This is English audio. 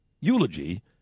eulogy